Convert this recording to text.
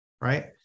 right